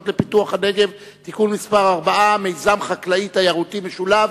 לפיתוח הנגב (תיקון מס' 4) (מיזם חקלאי-תיירותי משולב).